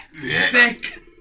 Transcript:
thick